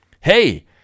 hey